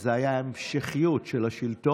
וזו הייתה המשכיות של השלטון,